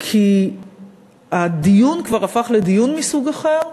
כי הדיון כבר הפך לדיון מסוג אחר.